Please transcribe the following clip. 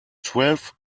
twelve